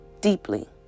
deeply